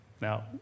Now